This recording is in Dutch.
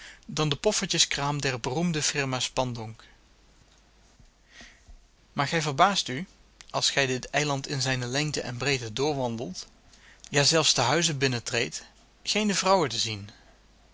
dan de poffertjeskraam der beroemde firma spandonk maar gij verbaast u als gij dit eiland in zijne lengte en breedte doorwandelt ja zelfs de huizen binnentreedt geene vrouwen te zien